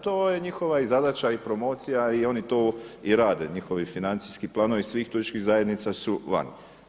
To je njihova i zadaća i promocija i oni to i rade, njihovi financijski planovi svih turističkih zajednica su vani.